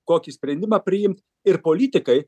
kokį sprendimą priimt ir politikai